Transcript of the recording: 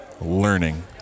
learning